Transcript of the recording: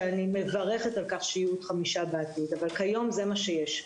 שאני מברכת על-כך שיהיו עוד חמישה בעתיד אבל כיום זה מה שיש,